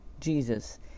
Jesus